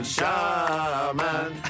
Shaman